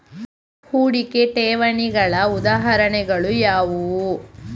ಹೂಡಿಕೆ ಠೇವಣಿಗಳ ಉದಾಹರಣೆಗಳು ಯಾವುವು?